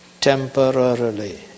temporarily